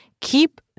keep